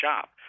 shop